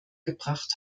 gebracht